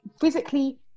physically